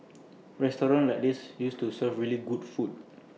restaurants like these used to serve really good food